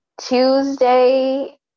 Tuesday